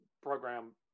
program